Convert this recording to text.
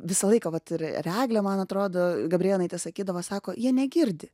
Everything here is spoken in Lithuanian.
visą laiką vat ir ir eglė man atrodo gabrėnaitė sakydavo sako jie negirdi